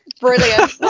Brilliant